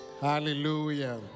Hallelujah